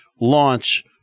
launch